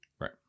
Right